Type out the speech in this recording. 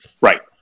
Right